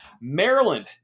Maryland